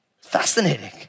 Fascinating